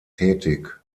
tätig